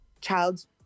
child's